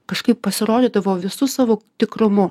kažkaip pasirodydavo visu savo tikrumu